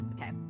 Okay